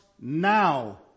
now